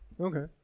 Okay